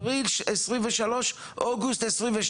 מי קבע את ההחלטה במקום אפריל 23', אוגוסט 22'?